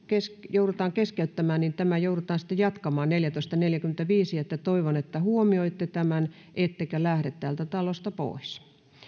joudutaan keskeyttämään niin tätä joudutaan sitten jatkamaan kello neljätoista neljännenkymmenennenviidennen toivon että huomioitte tämän ettekä lähde täältä talosta pois